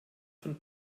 von